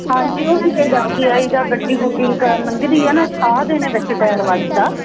ਹਾਂਜੀ ਉਹ ਕੀਤੇ ਜਾ ਕੇ ਆਈ ਦਾ ਗੱਡੀ ਗੁੱਡੀ ਕ ਲੰਘਦੀ ਹੈ ਨਾ ਠਾਹ ਦੇਣੇ ਵਿੱਚ ਟੈਰ ਵੱਜਦਾ